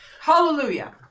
Hallelujah